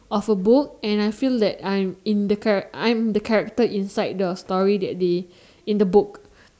of a book and I feel that I'm in the char~ I'm the character in the story in the book